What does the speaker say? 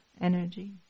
energy